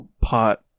pot